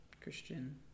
christian